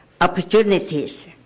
opportunities